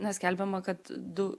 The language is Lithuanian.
nes skelbiama kad du